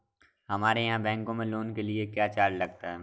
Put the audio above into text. हमारे यहाँ बैंकों में लोन के लिए क्या चार्ज लगता है?